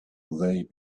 they